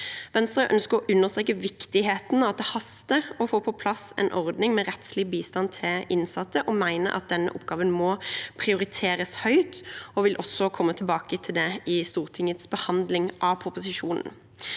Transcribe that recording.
Venstre ønsker å understreke viktigheten av at det haster å få på plass en ordning med rettslig bistand til innsatte. Vi mener at den oppgaven må prioriteres høyt, og vi vil også komme tilbake til det i Stortingets behandling av proposisjonen.